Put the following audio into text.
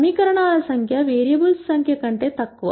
సమీకరణాల సంఖ్య వేరియబుల్స్ సంఖ్య కంటే తక్కువ